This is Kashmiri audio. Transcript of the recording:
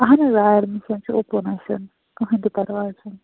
اَہن حظ آ اٮ۪ڈمِشَن چھُ اوٚپُن اَسٮ۪ن کٕہۭنۍ تہِ پَرواے چھُنہٕ